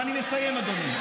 ואני מסיים, אדוני.